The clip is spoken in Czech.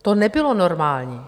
To nebylo normální.